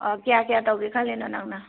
ꯀꯌꯥ ꯀꯌꯥ ꯇꯧꯒꯦ ꯈꯜꯂꯤꯅꯣ ꯅꯪꯅ